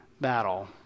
battle